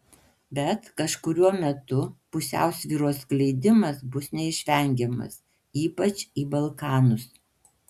bet kažkuriuo metu pusiausvyros skleidimas bus neišvengiamas ypač į balkanus